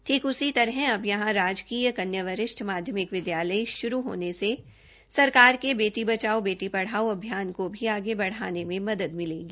ठीक उसी तरह अब यहां राजकीय कन्या वरिष्ठ माध्यमिक विद्यालय शुरू होने से सरकार के बेटी बचाओ बेटी पढ़ाओ अभियान को आगे बढ़ाने में मदद मिलेगी